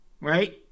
right